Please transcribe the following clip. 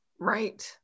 Right